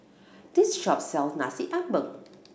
this shop sell Nasi Ambeng